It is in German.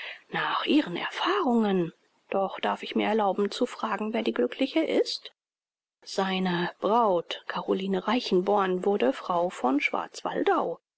nach ihren erfahrungen doch darf ich mir erlauben zu fragen wer die glückliche ist seine braut caroline reichenborn wurde frau von schwarzwaldau